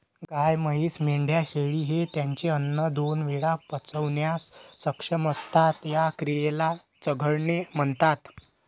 गाय, म्हैस, मेंढ्या, शेळी हे त्यांचे अन्न दोन वेळा पचवण्यास सक्षम असतात, या क्रियेला चघळणे म्हणतात